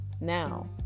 Now